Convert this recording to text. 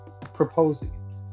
proposing